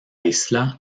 isla